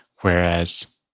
whereas